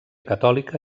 catòlica